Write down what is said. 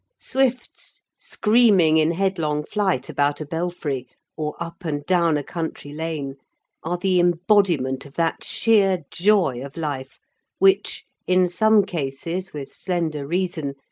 swifts screaming in headlong flight about a belfry or up and down a country lane are the embodiment of that sheer joy of life which, in some cases with slender reason,